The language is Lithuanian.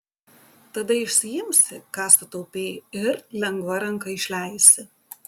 tada išsiimsi ką sutaupei ir lengva ranka išleisi